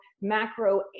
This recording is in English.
macro